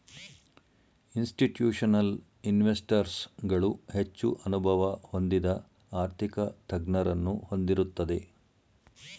institutional investors ಗಳು ಹೆಚ್ಚು ಅನುಭವ ಹೊಂದಿದ ಆರ್ಥಿಕ ತಜ್ಞರನ್ನು ಹೊಂದಿರುತ್ತದೆ